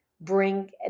bring